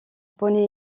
poney